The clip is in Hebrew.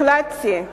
החלטתי,